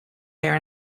there